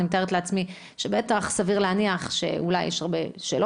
אני מתארת לעצמי שסביר להניח שאולי יש הרבה שלא